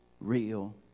real